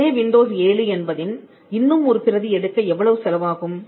அதே விண்டோஸ்7 என்பதின் இன்னும் ஒரு பிரதி எடுக்க எவ்வளவு செலவாகும்